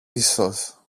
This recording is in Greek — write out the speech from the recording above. ίσως